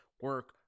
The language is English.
Work